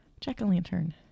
jack-o'-lantern